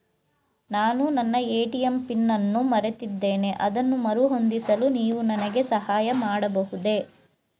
ನಾನು ನನ್ನ ATM PIN ಅನ್ನು ಮರೆತಿದ್ದೇನೆ ಅದನ್ನು ಮರುಹೊಂದಿಸಲು ನೀವು ನನಗೆ ಸಹಾಯ ಮಾಡಬಹುದೇ?